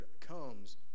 comes